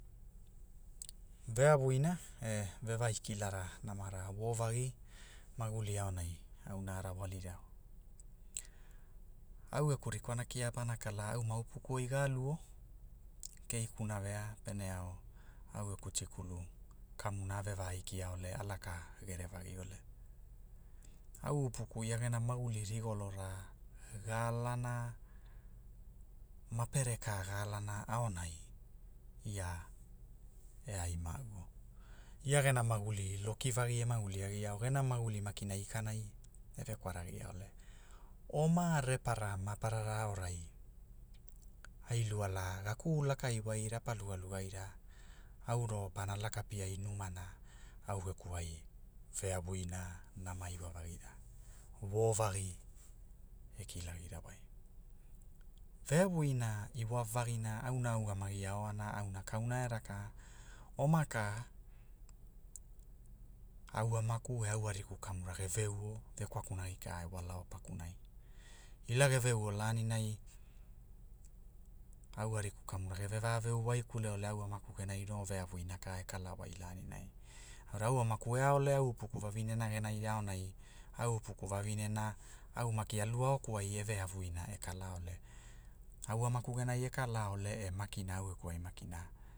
Veavuina e ve vaikilara namara wovagi maguli aonai auna arawalirao, au geku rikwana kia pana kala au ma upuku oi ga aluo, keikuna vea pene ao, au geku tikulu, kamuna ave vaikia ole a laka gerevagi ole, au upuku ia gena maguli rolora, gaalana, mapere ka gaalana aonai, ia, e ai mau o, ia gena maguli loki vagi e maguli agiao gena maguli makina ikanai, e ve kwaragia ole, oma repera maparara aorai, ai luala ga ku lakai wai rapa luga luga aira au ro pana laka piai numana au geku ai, veavuina, nama iwa vagina wovagi, e kilagira wai, veavuina iwavagina auna a ugamagi aona auna kauna e raka, oma ka, au amaku e au ariku kamuna gave uo, vekwakunagi ka e walao pakunai, ila geve uo laninai, au ariku kamura geve va ko waikuleo au amaku genai no veavuira kala wai laninai, aurai au amaku e ao leao au upuku vavinena genai aonai, au upuku vevinena, aumaki alu au- kuai e veavuina e kala ole, au amaku genai e kala ole e makina au geku ai makina